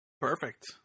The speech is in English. Perfect